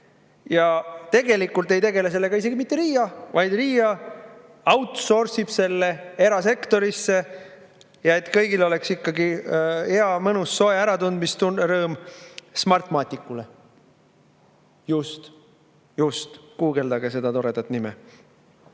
Tegelikult ei tegele sellega isegi mitte RIA, vaid RIAoutsource'ib selle erasektorisse, ja et kõigil oleks ikkagi hea, mõnus ja soe äratundmisrõõm, siis Smartmaticule. Just-just, guugeldage seda toredat nime. Nüüd